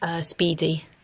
speedy